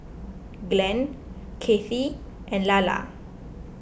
Glenn Kathey and Lalla